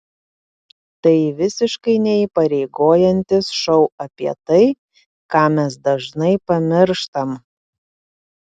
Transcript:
tai visiškai neįpareigojantis šou apie tai ką mes dažnai pamirštam